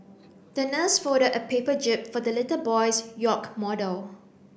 the nurse folded a paper jib for the little boy's yacht model